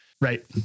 Right